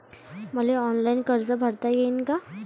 मले ऑनलाईन कर्ज भरता येईन का?